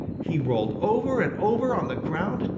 he rolled over and over on the ground,